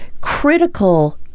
critical